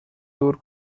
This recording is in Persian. دور